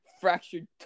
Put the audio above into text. fractured